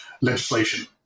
legislation